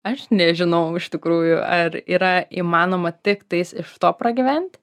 aš nežinau iš tikrųjų ar yra įmanoma tik tais iš to pragyvent